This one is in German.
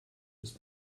ist